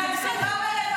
אם זה בסדר.